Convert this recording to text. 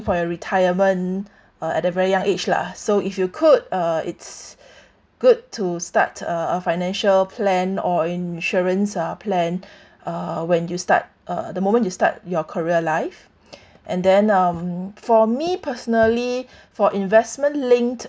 for your retirement uh at a very young age lah so if you could uh it's good to start a a financial plan or insurance ah plan uh when you start uh the moment you start your career life and then um for me personally for investment linked